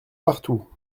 partout